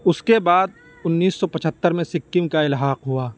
اس کے بعد انیس سو پچہتر میں سکم کا الحاق ہوا